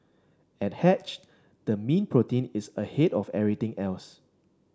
at hatched the mean protein is ahead of everything else